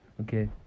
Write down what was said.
okay